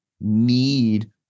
need